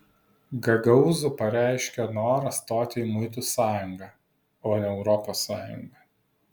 gagaūzų pareiškė norą stoti į muitų sąjungą o ne europos sąjungą